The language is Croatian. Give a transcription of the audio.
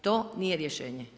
To nije rješenje.